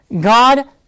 God